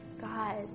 God